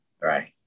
Right